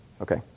Okay